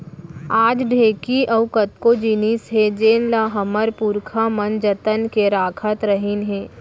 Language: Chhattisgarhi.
आज ढेंकी अउ कतको जिनिस हे जेन ल हमर पुरखा मन जतन के राखत रहिन हे